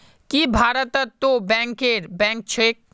की भारतत तो बैंकरेर बैंक छेक